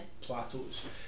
plateaus